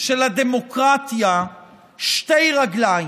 שלדמוקרטיה שתי רגליים: